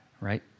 right